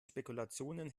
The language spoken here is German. spekulationen